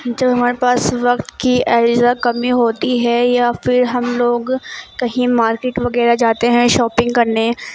جب ہمارے پاس وقت کی ایزا کمی ہوتی ہے یا پھر ہم لوگ کہیں مارکیٹ وغیرہ جاتے ہیں شاپنگ کرنے